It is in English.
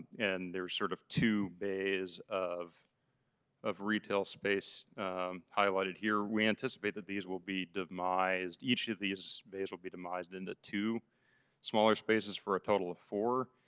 and there's sort of two bays of of retail space highlighted here. we anticipate these will be demised each of these bays will be demised into two smaller spaces for a total of four